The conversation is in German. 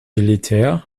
militär